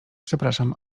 przepraszam